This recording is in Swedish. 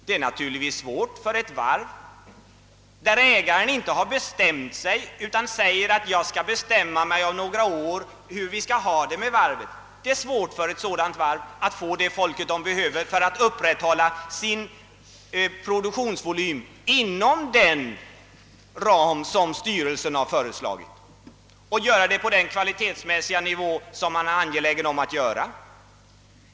Det är naturligtvis svårt för ett varv, vars ägare säger att han först om några år kan bestämma hur det skall bli med varvet, att få den personal som behövs för att upprätthålla produktionen inom den ram som styrelsen har föreslagit och att göra det med bibehållande av den kvalitetsmässiga nivå som man finner angeläget att hålla.